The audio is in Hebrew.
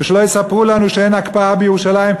ושלא יספרו לנו שאין הקפאה בירושלים,